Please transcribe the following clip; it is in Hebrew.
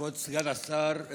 כבוד סגן השר,